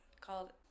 called